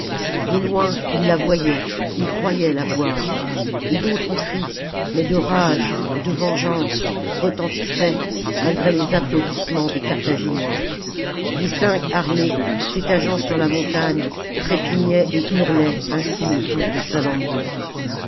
de loin ils la voyaient ils croyaient la voir et d'autres cris mais de rage et de vengeance retentissaient malgré les applaudissements des carthaginois les cinq armées s'étageant sur la montagne trépignaient et hurlaient ainsi autour de